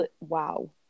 wow